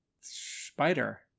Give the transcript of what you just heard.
Spider